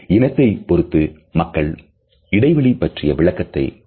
இனத்தை பொருத்து மக்கள் இடைவெளி பற்றிய விளக்கத்தை கூறுவர்